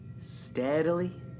steadily